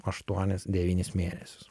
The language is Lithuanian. aštuonis devynis mėnesius